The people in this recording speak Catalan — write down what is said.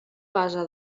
base